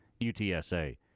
UTSA